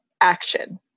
action